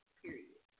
period